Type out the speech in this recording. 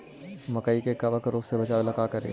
मकई के कबक रोग से बचाबे ला का करि?